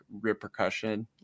repercussion